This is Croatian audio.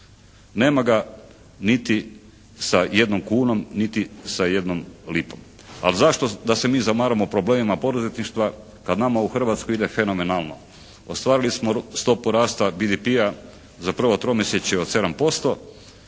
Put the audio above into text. Nema ga niti sa jednom kunom, niti sa jednom lipom. Ali zašto da se mi zamaramo problemima poduzetništva, kad nama u Hrvatskoj ide fenomenalno. Ostvarili smo stopu rasta BDP-a za prvo tromjesečje od 7%